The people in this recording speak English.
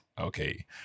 Okay